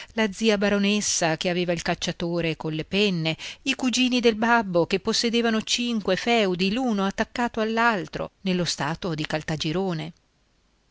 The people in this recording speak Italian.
la zia baronessa che aveva il cacciatore colle penne i cugini del babbo che possedevano cinque feudi l'uno attaccato all'altro nello stato di caltagirone